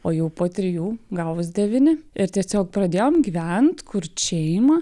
o jau po trijų gavos devyni ir tiesiog pradėjom gyvent kurt šeimą